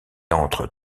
entre